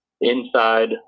Inside